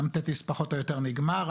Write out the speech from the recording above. ים תטיס פחות או יותר נגמר,